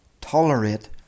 tolerate